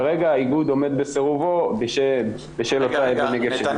כרגע האיגוד עומד בסירובו בשל אותה אבן נגף